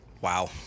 Wow